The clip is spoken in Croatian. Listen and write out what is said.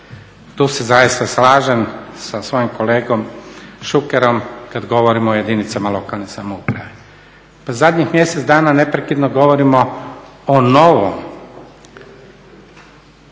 Tu se zaista slažem sa svojim kolegom Šukerom kada govorimo o jedinicama lokalne samouprave. Pa zadnjih mjesec dana neprekidno govorimo o novom